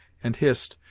and hist,